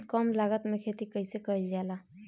कम लागत में खेती कइसे कइल जाला?